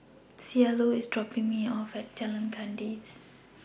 Cielo IS dropping Me off At Jalan Kandis